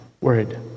word